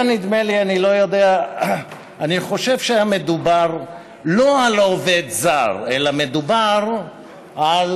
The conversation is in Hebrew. אני חושב שמדובר לא על עובד זר, אלא מדובר על